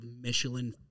michelin